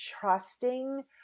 trusting